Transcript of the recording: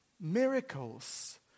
miracles